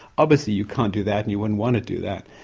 obviously you can't do that and you wouldn't want to do that.